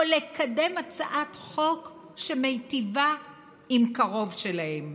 או לקדם הצעת חוק שמיטיבה עם קרוב שלהם.